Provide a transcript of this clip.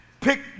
pick